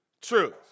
truth